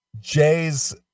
Jay's